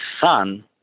son